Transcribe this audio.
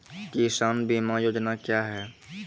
किसान बीमा योजना क्या हैं?